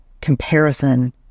Comparison